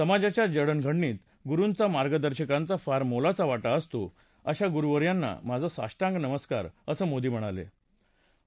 समाजाच्या जडणघडणीत गुरुचा मार्गदर्शकांचा फार मोलाचा वाटा असतो अशा गुरुवर्यांना माझा साष्टांग नमस्कार असं मोदी यांनी प्रतिपादन केलं